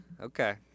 Okay